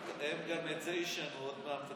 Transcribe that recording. הם גם את זה ישנו עוד מעט,